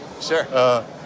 Sure